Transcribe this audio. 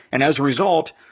and as a result,